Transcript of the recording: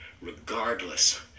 Regardless